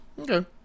Okay